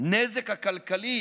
הנזק הכלכלי